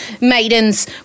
maidens